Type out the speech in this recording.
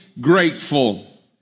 grateful